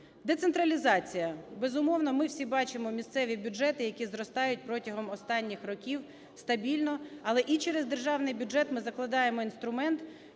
Децентралізація. Безумовно, ми всі бачимо місцеві бюджети, які зростають протягом останніх років стабільно. Але і через Державний бюджет ми закладаємо інструмент